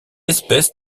espèce